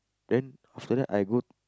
then after that I go